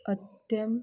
अत्यंत